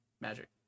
Magic